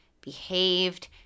behaved